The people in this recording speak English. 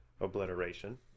obliteration